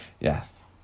Yes